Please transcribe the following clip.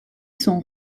sont